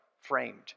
framed